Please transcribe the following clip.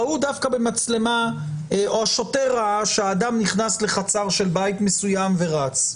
ראו דווקא במצלמה או השוטר ראה שאדם נכנס לחצר של בית מסוים ורץ,